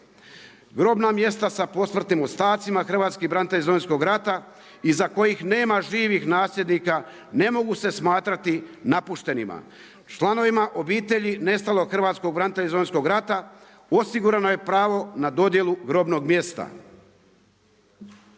Grobna mjesta sa posmrtnim ostacima hrvatski branitelj iz Domovinskog rata iza kojih nema živih nasljednika ne mogu se smatrati napuštenima. Članovima obitelji nestalog hrvatskog branitelja iz Domovinskog rata osigurano je pravo na dodjelu grobnog mjesta.